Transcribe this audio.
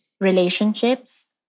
relationships